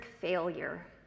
failure